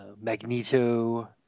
Magneto